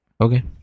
Okay